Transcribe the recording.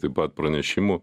taip pat pranešimų